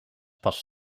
pas